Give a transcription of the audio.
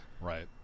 right